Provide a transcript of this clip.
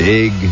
Big